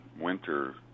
winter